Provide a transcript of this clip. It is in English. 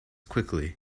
quickly